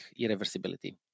irreversibility